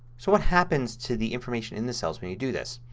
so what happens to the information in the cells when you do this.